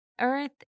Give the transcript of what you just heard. Earth